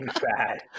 bad